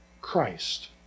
Christ